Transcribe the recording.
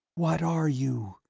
what are you?